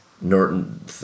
Norton